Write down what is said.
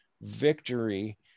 victory